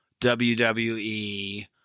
WWE